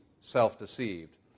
self-deceived